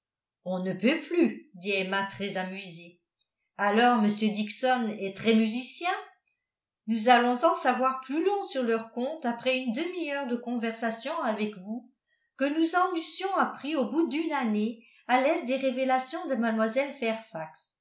on ne peut plus dit emma très amusée alors m dixon est très musicien nous allons en savoir plus long sur leur compte après une demi-heure de conversation avec vous que nous en eussions appris au bout d'une année à l'aide des révélations de